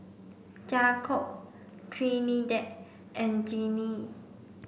Jakob Trinidad and Jeannie